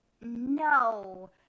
no